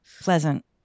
Pleasant